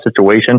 situation